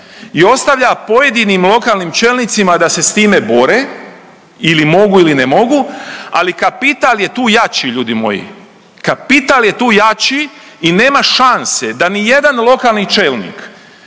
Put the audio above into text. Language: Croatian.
i ostavlja pojedinim lokalnim čelnicima da se s time bore, ili mogu ili ne mogu, ali kapital je tu jači ljudi moji, kapital je tu jači i nema šanse da nijedan lokalni čelnik